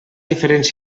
diferents